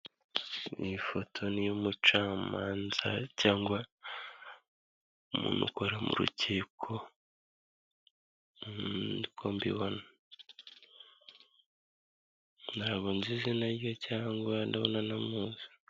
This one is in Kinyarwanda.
Ni ifoto y'umucamanza, cyangwa umuntu ukora mu rukiko niko mbibona. Ntabwo nzi izina rye cyangwa ndabona ntamuzi.